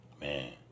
Man